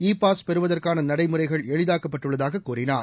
இ pass பெறுவதற்கான நடைமுறைகள் எளிதாக்கப்பட்டுள்ளதாக அமைச்சர் கூறினார்